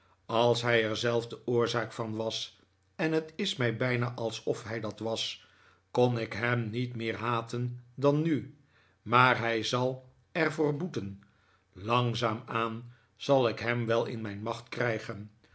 als hij er zelf de oorzaak van was en het is mij bijna alsof hij dat was kon ik hem niet meer haten dan nu maar hij zal er voor boeten langzaam-aan zal ik hem wel in mijn macht krijgen